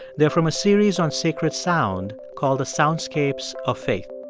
they're from a series on sacred sound called the soundscapes of faith.